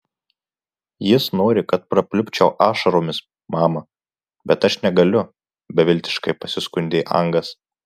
jis nori kad prapliupčiau ašaromis mama bet aš negaliu beviltiškai pasiskundė angas